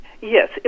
yes